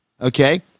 Okay